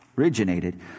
Originated